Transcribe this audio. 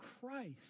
Christ